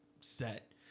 set